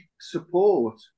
support